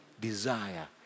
desire